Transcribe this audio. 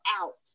out